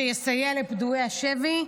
שיסייע לפדויי השבי.